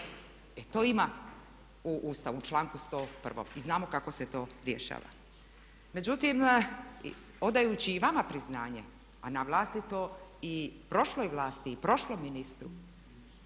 E to ima u Ustavu, u članku 101. i znam kako se to rješava. Međutim, odajući i vama priznanje, a na vlastito i prošloj vlasti i prošlom ministru